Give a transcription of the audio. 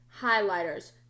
highlighters